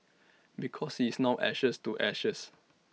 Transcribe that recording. because he is now ashes to ashes